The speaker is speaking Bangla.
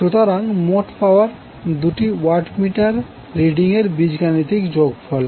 সুতরাং মোট পাওয়ার সমান দুটি ওয়াট মিটার রিডিং এর বীজগাণিতিক যোগফল